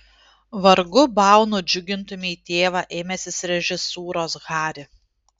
vargu bau nudžiugintumei tėvą ėmęsis režisūros hari